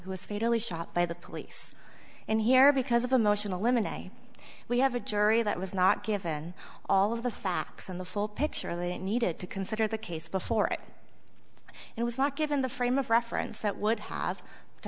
who was fatally shot by the police and here because of emotional women today we have a jury that was not given all of the facts and the full picture that it needed to consider the case before it it was not given the frame of reference that would have to